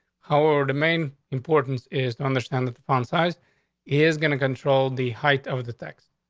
how are the main importance is to understand that the font size is going to control the height of the text.